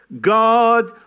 God